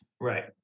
right